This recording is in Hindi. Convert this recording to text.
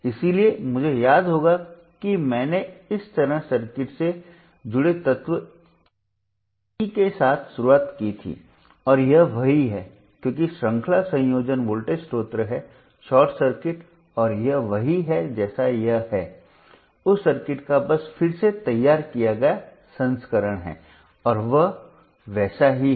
इसलिए मुझे याद होगा कि मैंने इस तरह सर्किट से जुड़े तत्व ई के साथ शुरुआत की थी और यह वही है क्योंकि श्रृंखला संयोजन वोल्टेज स्रोत हैं शॉर्ट सर्किट और यह वही है जैसा यह है उस सर्किट का बस फिर से तैयार किया गया संस्करण है और यह वैसा ही है